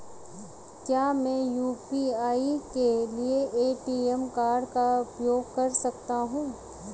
क्या मैं यू.पी.आई के लिए ए.टी.एम कार्ड का उपयोग कर सकता हूँ?